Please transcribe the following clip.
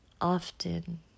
often